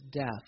death